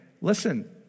listen